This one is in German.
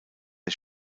der